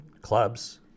clubs